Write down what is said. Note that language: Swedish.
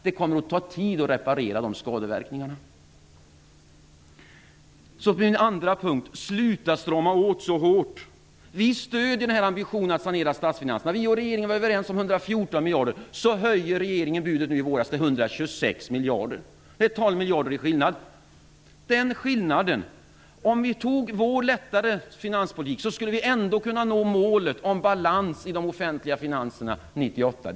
Det kommer att ta tid att reparera de skadeverkningarna. Så till min andra punkt: Sluta att strama åt så hårt. Vi stödjer ambitionen att sanera statsfinanserna. miljarder, och så höjde regeringen i våras budet till 126 miljarder. Det är en skillnad på 12 miljarder. Om vi antog vår lättare finanspolitik skulle vi ändå kunna nå målet om balans i de offentliga finanserna år 1998.